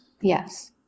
Yes